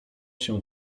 się